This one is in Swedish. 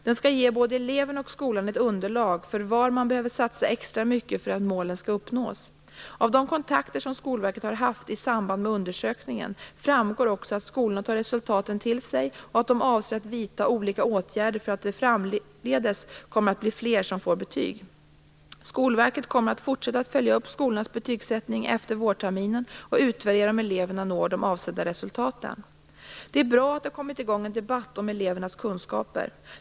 De skall ge både eleven och skolan ett underlag för var man behöver satsa extra mycket för att målen skall uppnås. Av de kontakter som Skolverket har haft i samband med undersökningen framgår också att skolorna tar resultaten till sig och att de avser att vidta olika åtgärder för att det framdeles skall bli fler som får betyg. Skolverket kommer att fortsätta att följa upp skolornas betygsättning efter vårterminen och utvärdera om eleverna når de avsedda resultaten. Det är bra att det har kommit i gång en debatt om elevernas kunskaper.